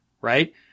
right